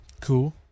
Cool